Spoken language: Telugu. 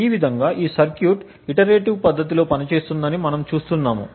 ఈ విధంగా ఈ సర్క్యూట్ ఇటరేటివ్పద్ధతిలో పనిచేస్తుందని మనం చూస్తున్నాము